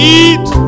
eat